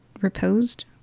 reposed